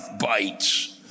bites